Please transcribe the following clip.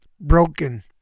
Broken